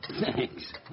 Thanks